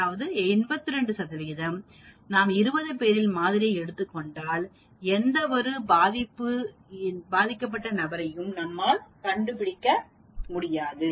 அதாவது 82 சதவீதம் நாம் 20 பேரின் மாதிரியை எடுத்துக் கொண்டால் எந்தவொரு பாதிக்கப்பட்ட நபரையும் நம்மால் கண்டுபிடிக்க முடியாது